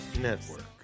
Network